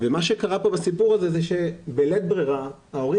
מה שקרה בסיפור הזה הוא שבלית ברירה ההורים